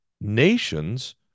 nations